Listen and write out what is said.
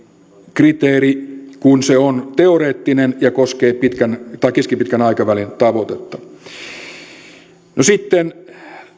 kriteeri kun se on teoreettinen ja koskee keskipitkän aikavälin tavoitetta sitten